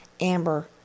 Amber